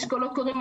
יש קולות קוראים,